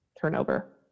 turnover